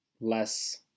less